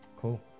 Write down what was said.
cool